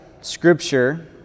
scripture